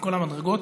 מכל המדרגות,